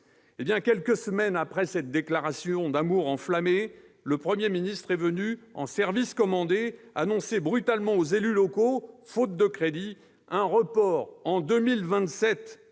Quelques semaines après cette déclaration d'amour enflammée, le Premier ministre est venu, en service commandé, annoncer brutalement aux élus locaux, faute de crédits, un report en 2027